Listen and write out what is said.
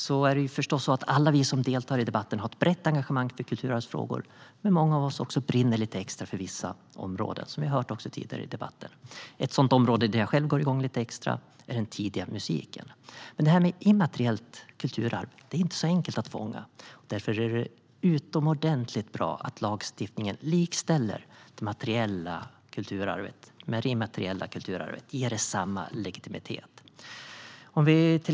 Alla vi som deltar i debatten har naturligtvis ett brett engagemang för kulturarvsfrågor, och många av oss brinner lite extra för vissa områden - som vi också har hört tidigare i debatten. Ett sådant område där jag själv går igång lite extra är den tidiga musiken. Men det immateriella kulturarvet är inte så enkelt att fånga. Därför är det utomordentligt bra att lagstiftningen likställer det materiella kulturarvet med det immateriella kulturarvet och ger dem samma legitimitet.